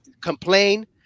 complain